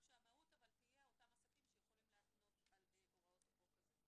אבל מדובר בעסקה ב-36 תשלומים שבוצעה לפני שנתיים וחצי.